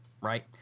right